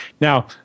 Now